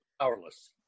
powerless